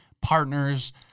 partners